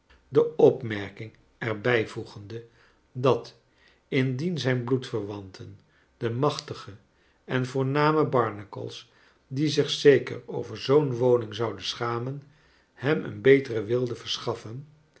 de opmerking er bij voegende dat indien zijn bloedverwanten de machtige en voorname barnacles die zich zeker over zoo'n woning zouden schamen hem een betere wilden verschaffen